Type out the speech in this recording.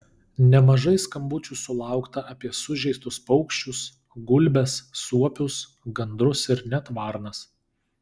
nemažai skambučių sulaukta apie sužeistus paukščius gulbes suopius gandrus ir net varnas